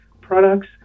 products